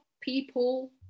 people